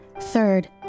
Third